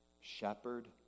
shepherd